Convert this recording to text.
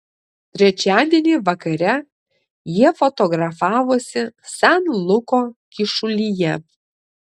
trečiadienį vakare jie fotografavosi san luko kyšulyje